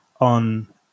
on